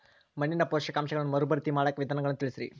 ಮಣ್ಣಿನ ಪೋಷಕಾಂಶಗಳನ್ನ ಮರುಭರ್ತಿ ಮಾಡಾಕ ವಿಧಾನಗಳನ್ನ ತಿಳಸ್ರಿ